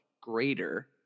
greater